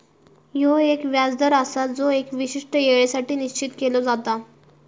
ह्यो एक व्याज दर आसा जो एका विशिष्ट येळेसाठी निश्चित केलो जाता